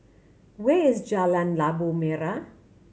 where is Jalan Labu Merah